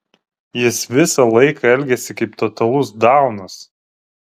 jis visą laiką elgiasi kaip totalus daunas